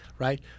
Right